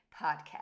Podcast